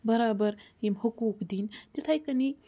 برابر یِم حقوٗق دِنۍ تِتھَے کٔنی